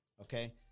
Okay